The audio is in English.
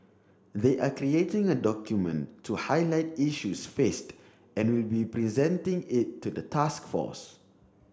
they are creating a document to highlight issues faced and will be presenting it to the task force